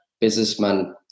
businessman